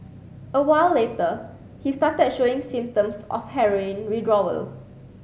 a while later he started showing symptoms of heroin withdrawal